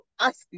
ask